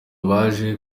baje